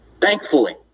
thankfully